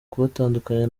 kubatandukanya